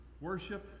worship